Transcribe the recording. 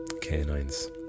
canines